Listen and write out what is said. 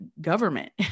government